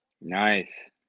Nice